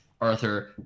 Arthur